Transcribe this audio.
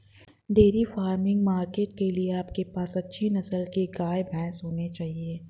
dairy farming market के लिए आपके पास अच्छी नस्ल के गाय, भैंस होने चाहिए